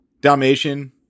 dalmatian